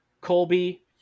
Colby